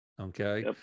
Okay